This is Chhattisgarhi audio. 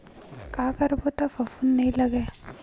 का करबो त फफूंद नहीं लगय?